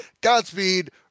Godspeed